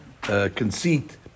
conceit